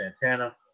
Santana